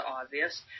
obvious